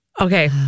Okay